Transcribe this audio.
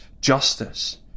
justice